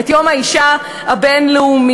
את יום האישה הבין-לאומי,